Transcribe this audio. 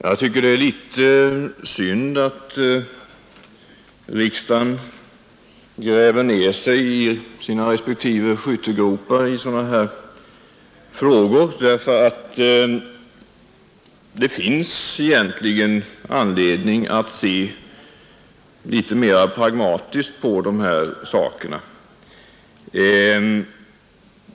Herr talman! Det är litet synd att olika grupper i riksdagen gräver ner sig i sina respektive skyttegropar i sådana här frågor, därför att det finns egentligen anledning att se mera pragmatiskt på dessa saker.